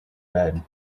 bed